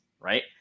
right